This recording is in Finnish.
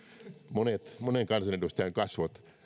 monen monen kansanedustajan kasvot